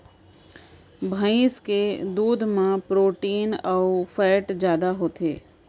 भईंस के दूद म प्रोटीन अउ फैट जादा होथे